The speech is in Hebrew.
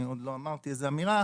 אני עוד לא אמרתי איזה אמירה,